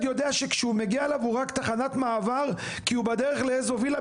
שהוא מגיע הוא יודע שהוא רק תחנת מעבר כי הוא בדרך לווילה